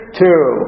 two